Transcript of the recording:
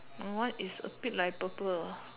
my one is a bit like purple